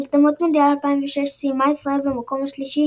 במוקדמות מונדיאל 2006 סיימה ישראל במקום השלישי